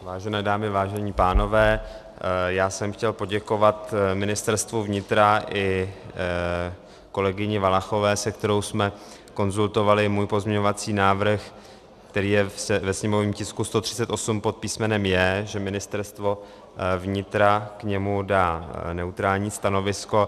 Vážené dámy, vážení pánové, chtěl jsem poděkovat Ministerstvu vnitra i kolegyni Valachové, se kterou jsme konzultovali můj pozměňovací návrh, který je ve sněmovním tisku 138 pod písmenem J, že Ministerstvo vnitra k němu dá neutrální stanovisko.